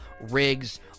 rigs